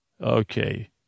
Okay